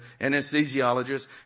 anesthesiologists